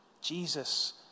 Jesus